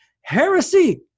heresy